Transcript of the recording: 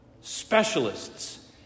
Specialists